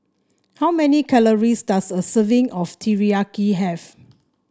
how many calories does a serving of Teriyaki have